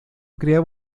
creaba